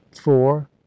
four